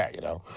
yeah you know.